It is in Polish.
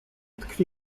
tkwi